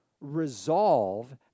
resolve